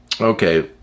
Okay